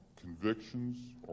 convictions